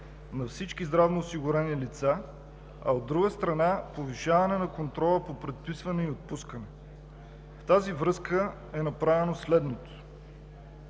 на всички здравноосигурени лица, а от друга страна, повишаване на контрола по предписване и отпускане. В тази връзка е направено следното: